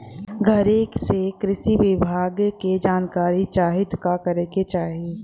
घरे से अगर कृषि विभाग के जानकारी चाहीत का करे के चाही?